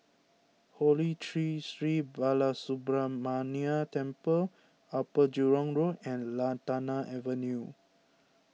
Holy Tree Sri Balasubramaniar Temple Upper Jurong Road and Lantana Avenue